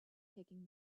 taking